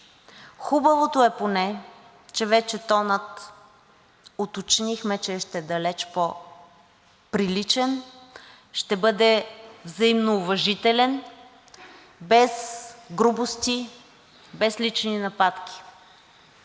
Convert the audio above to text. Хубавото е поне, че вече тонът уточнихме, че ще е далеч по-приличен, ще бъде взаимно уважителен – без грубости, без лични нападки.